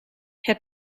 het